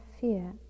fear